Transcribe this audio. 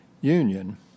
Union